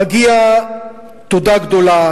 מגיעה תודה רבה,